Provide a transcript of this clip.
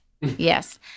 Yes